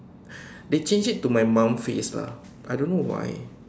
they change it to my mom face lah I don't know why